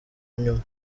nyuma